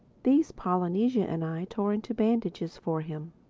these polynesia and i tore into bandages for him.